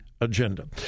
agenda